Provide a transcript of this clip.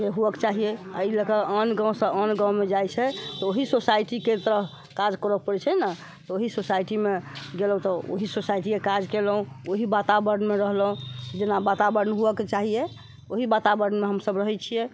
जे होअ के चाहिए एहि लऽ कऽ आन गाँव से आन गाँव मे जाइ छै तऽ ओहि सोसाइटीके तऽ काज परै छै ने ओहि सोसाइटीमे गेलहुॅं तऽ ओहि सोसाइटीके काज केलहुॅं ओहि वातावरण मे रहलहुॅं जेना वातावरण हुअ के चाहिए ओहि वातावरण मे हमसब रहै छियै